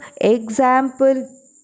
Example